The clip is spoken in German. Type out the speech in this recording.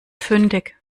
fündig